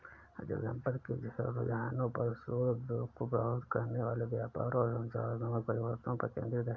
अचल संपत्ति के रुझानों पर शोध उद्योग को प्रभावित करने वाले व्यापार और संरचनात्मक परिवर्तनों पर केंद्रित है